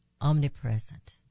omnipresent